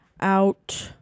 out